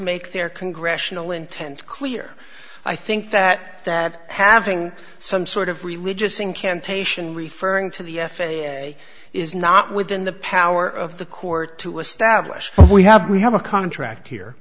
make their congressional intent clear i think that that have having some sort of religious incantation referring to the f a a is not within the power of the court to establish we have we have a contract here